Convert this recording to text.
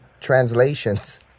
translations